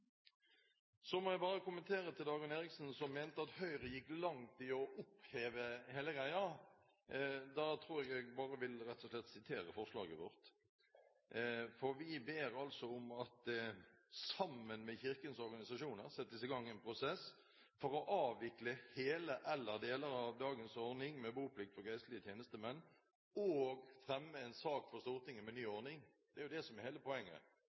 Så må jeg bare kommentere til Dagrun Eriksen som mente at Høyre gikk langt i å oppheve hele greia. Da tror jeg at jeg rett og slett vil sitere forslaget vårt, for vi ber altså «regjeringen i samarbeid med kirkens organisasjoner sette i gang en prosess for å avvikle hele eller deler av dagens ordning med boplikt for geistlige tjenestemenn, og fremme en sak for Stortinget med ny ordning ». Det er hele poenget.